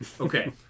Okay